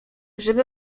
żeby